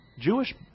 Jewish